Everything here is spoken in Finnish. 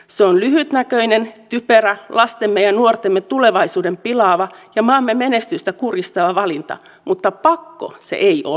se on lyhytnäköinen typerä lastemme ja nuortemme tulevaisuuden pilaava ja maamme menestystä kurjistava valinta mutta pakko se ei ole